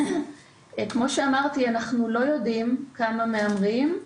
כמו שאמרתי אנחנו לא יודעים כמה מהמרים.